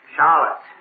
Charlotte